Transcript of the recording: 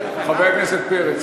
חבר הכנסת פרץ,